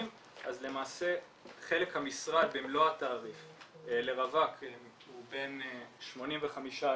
אז למעשה חלק המשרד במלוא התעריף לרווק הוא בין 85%